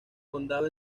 condado